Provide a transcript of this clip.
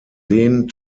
seen